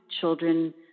children